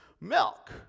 milk